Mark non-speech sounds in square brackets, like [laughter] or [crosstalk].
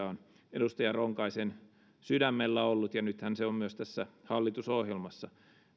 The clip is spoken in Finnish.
[unintelligible] on edustaja ronkaisen sydämellä ollut ja nythän se on myös tässä hallitusohjelmassa